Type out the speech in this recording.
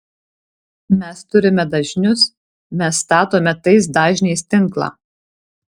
mes turime dažnius mes statome tais dažniais tinklą